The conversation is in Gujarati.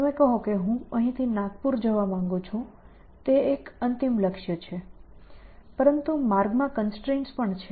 તમે કહો કે હું અહીંથી નાગપુર જવા માંગુ છું તે એક અંતિમ લક્ષ્ય છે પરંતુ માર્ગમાં કન્સ્ટ્રેઇન્ટ્સ પણ છે